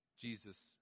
Jesus